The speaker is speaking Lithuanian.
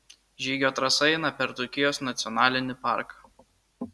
žygio trasa eina per dzūkijos nacionalinį parką